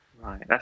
Right